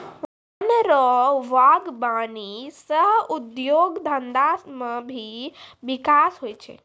वन रो वागबानी सह उद्योग धंधा मे भी बिकास हुवै छै